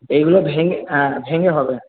এইগুলো ভেঙে হ্যাঁ ভেঙে হবে